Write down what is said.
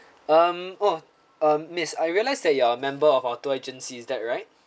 um oh um miss I realise that you are a member of our tour agency is that right